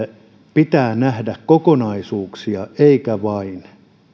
pitää nähdä kokonaisuuksia eikä vain